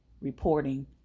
reporting